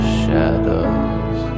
shadows